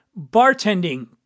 bartending